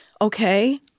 Okay